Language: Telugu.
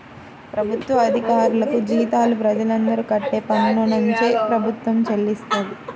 ప్రభుత్వ అధికారులకు జీతాలు ప్రజలందరూ కట్టే పన్నునుంచే ప్రభుత్వం చెల్లిస్తది